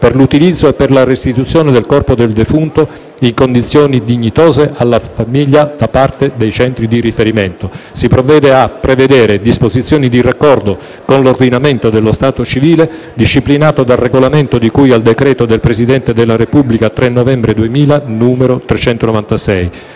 per l'utilizzo e per la restituzione del corpo del defunto in condizioni dignitose alla famiglia da parte dei centri di riferimento; a prevedere disposizioni di raccordo con l'ordinamento dello stato civile disciplinato dal Regolamento di cui al decreto del Presidente della Repubblica 3 novembre 2000, n. 396.